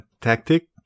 tactic